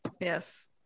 Yes